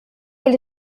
ele